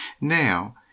Now